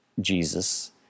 Jesus